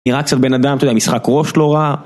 נראה קצת בן אדם, אתה יודע משחק ראש לא רע